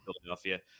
Philadelphia